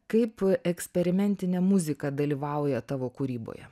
kaip eksperimentinė muzika dalyvauja tavo kūryboje